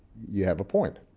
you have a point.